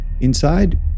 Inside